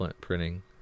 printing